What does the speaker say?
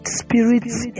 spirits